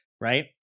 right